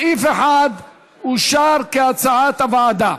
סעיף 1 אושר כהצעת הוועדה.